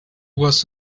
was